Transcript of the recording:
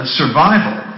survival